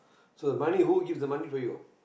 so the money who gives the money for you